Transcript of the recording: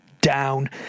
down